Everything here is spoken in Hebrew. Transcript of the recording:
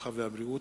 הרווחה והבריאות,